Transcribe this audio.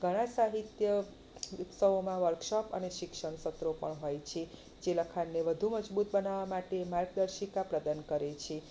ઘણા સાહિત્ય ઉત્સવોમાં વર્કશોપ અને શિક્ષણ સત્રો પણ હોય છે જે લખાણને વધુ મજબૂત બનાવવા માટે માર્ગદર્શિકા પ્રદાન કરે છે